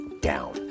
down